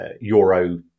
Euro